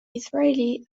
israeli